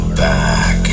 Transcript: back